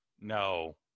no